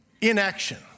inaction